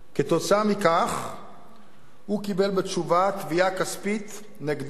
כתוצאה מכך הוא קיבל בתשובה תביעה כספית נגדו,